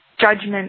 judgment